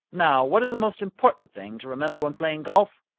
now, what is the most important thing to remember when playing golf?